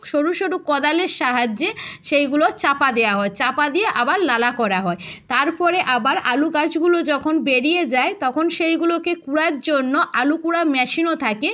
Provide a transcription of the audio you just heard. সরু সরু কোদালের সাহায্যে সেইগুলো চাপা দেওয়া হয় চাপা দিয়ে আবার নালা করা হয় তার পরে আবার আলু গাছগুলো যখন বেরিয়ে যায় তখন সেইগুলোকে কুড়ার জন্য আলু কুড়া মেশিনও থাকে